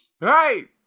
Right